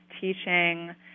teaching